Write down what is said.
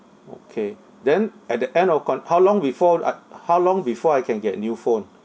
okay then at the end of con~ how long before I how long before I can get a new phone